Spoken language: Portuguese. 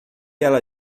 ela